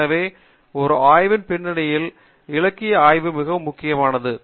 எனவே ஒரு ஆய்வின் பின்னணியில் இலக்கிய ஆய்வு மிகவும் முக்கியமானது